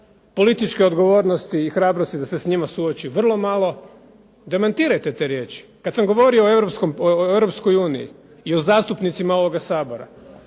političke odgovornosti i hrabrosti da se s njima suoči vrlo malo. Demantirajte te riječi. Kada sam govorio o Europskoj uniji i o zastupnicima ovoga Sabora.